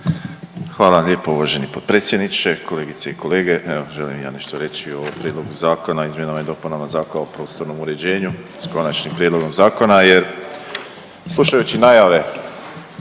vam lijepa uvaženi potpredsjedniče. Kolegice i kolegice evo ja nešto reći o Prijedlogu Zakona o izmjenama i dopunama Zakona o prostornom uređenju s konačnim prijedlogom zakona jer slušajući najave